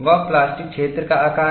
वह प्लास्टिक क्षेत्र का आकार है